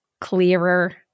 clearer